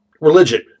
religion